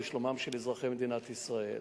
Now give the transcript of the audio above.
לשלומם של אזרחי מדינת ישראל.